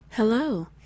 Hello